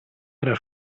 era